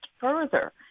further